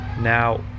now